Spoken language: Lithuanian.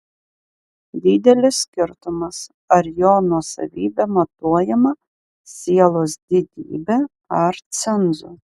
didelis skirtumas ar jo nuosavybė matuojama sielos didybe ar cenzu